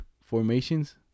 formations